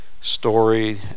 story